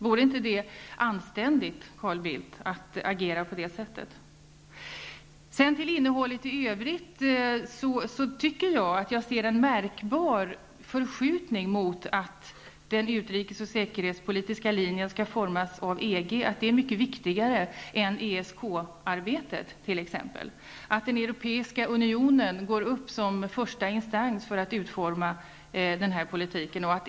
Vore inte det anständigt, Carl Bildt, att agera på det sättet? När det gäller innehållet i övrigt i svaret tycker jag mig se en märkbar förskjutning mot att den utrikesoch säkerhetspolitiska linjen skall utformas av EG. EG är mycket viktigare än t.ex. ESK arbetet. Den Europeiska unionen blir första instans för att utforma politiken.